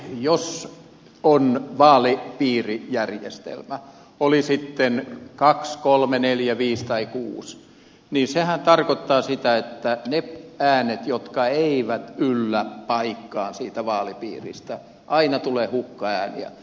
jos on vaalipiirijärjestelmä oli sitten kaksi kolme neljä viisi tai kuusi vaalipiiriä niin sehän tarkoittaa sitä että niistä äänistä jotka eivät yllä paikkaan siitä vaalipiiristä aina tulee hukkaääniä